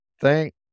Thank